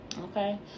Okay